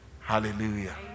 Hallelujah